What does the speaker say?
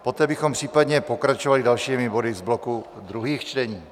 Poté bychom případně pokračovali dalšími body z bloku druhých čtení.